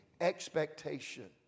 expectation